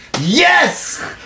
Yes